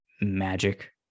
Magic